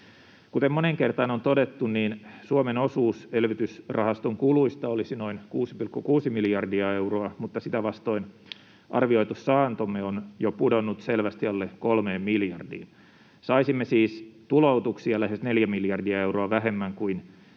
Kuten moneen kertaan on todettu, Suomen osuus elvytysrahaston kuluista olisi noin 6,6 miljardia euroa, mutta sitä vastoin arvioitu saantomme on pudonnut jo selvästi alle 3 miljardin. Saisimme siis tuloutuksia lähes 4 miljardia euroa vähemmän kuin